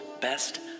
best